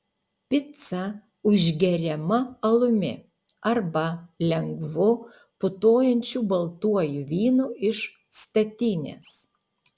pica užgeriama alumi arba lengvu putojančiu baltuoju vynu iš statinės